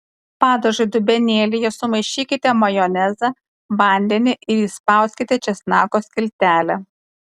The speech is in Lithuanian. padažui dubenėlyje sumaišykite majonezą vandenį ir įspauskite česnako skiltelę